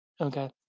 Okay